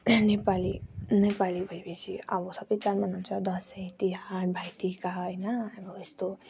नेपाली नेपाली भए पछि अब सबै चाड मनाउँछ दसैँ तिहार भाइटिका होइन अब यस्तो